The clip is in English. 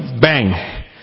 bang